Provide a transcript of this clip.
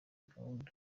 gahunda